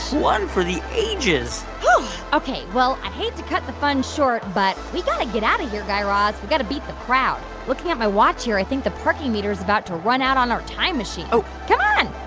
one for the ages ok. well, i hate to cut the fun short, but we've got to get out of here, guy raz. we've got to beat the crowd. looking at my watch here, i think the parking meter is about to run out on our time machine oh come on